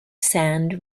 sand